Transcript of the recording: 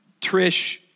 Trish